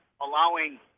allowing